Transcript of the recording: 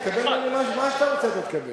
תקבל ממני מה שאתה רוצה אתה תקבל.